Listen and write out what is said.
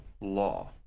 law